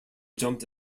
jumped